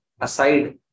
aside